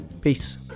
Peace